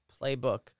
playbook